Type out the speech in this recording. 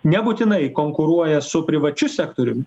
nebūtinai konkuruoja su privačiu sektorium